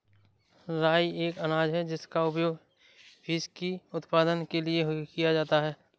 राई एक अनाज है जिसका उपयोग व्हिस्की उत्पादन के लिए किया जाता है